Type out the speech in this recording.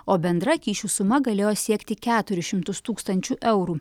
o bendra kyšių suma galėjo siekti keturis šimtus tūkstančių eurų